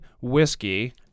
whiskey